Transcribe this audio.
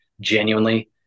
genuinely